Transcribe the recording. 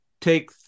take